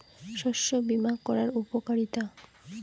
শস্য বিমা করার উপকারীতা?